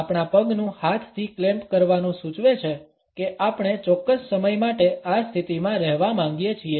આપણા પગનું હાથથી ક્લેમ્પ કરવાનું સૂચવે છે કે આપણે ચોક્કસ સમય માટે આ સ્થિતિમાં રહેવા માંગીએ છીએ